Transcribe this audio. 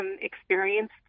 experience